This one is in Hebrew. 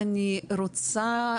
אני רוצה,